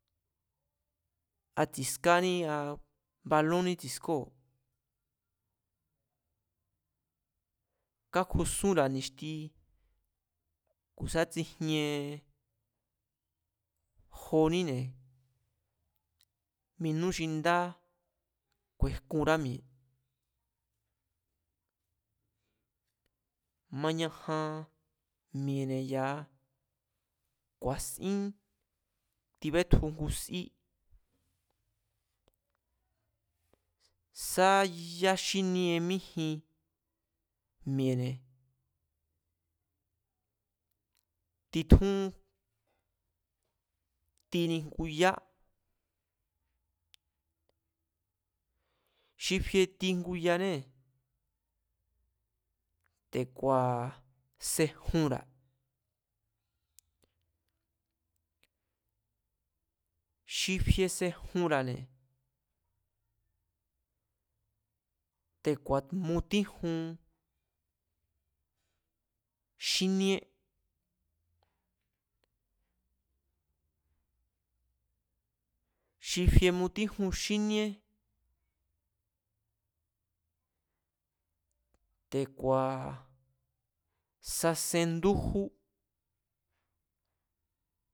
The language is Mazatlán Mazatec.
A tsi̱skání a baloní tsískóo̱, kákjusúnra̱ ni̱xti, ku̱ sá tsijien joníne̱, minú xi ndá ku̱e̱jkunrá mi̱e̱. Mañajan mi̱e̱ne̱ ya̱a ku̱a̱sín tibétju ngu sí, sá yáxínie míjin mi̱e̱ne̱, titjún tini ngu yá, xi fie ti ngu yanée̱ te̱ku̱a̱ sejunra̱ xi fie sejunra̱ne̱, te̱ku̱a̱ mutíjun xíníé xi fie mutíjun xíníé, te̱ku̱a̱ sasendújú